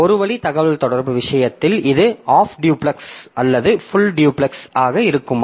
இரு வழி தகவல்தொடர்பு விஷயத்தில் இது ஆஃப் டியூப்லெக்ஸ் அல்லது ஃபுல் டியூப்லெக்ஸ் ஆக இருக்குமா